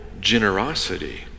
generosity